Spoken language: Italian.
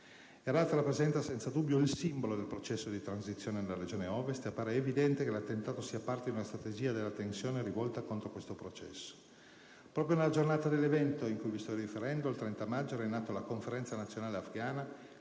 Herat rappresenta senza dubbio il simbolo del processo della transizione nella regione Ovest ed appare evidente che l'attentato sia parte di una strategia della tensione rivolta contro tale processo. Proprio nella giornata dell'evento di cui vi sto riferendo, il 30 maggio, era in atto la Conferenza nazionale afgana